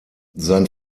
sein